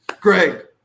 Greg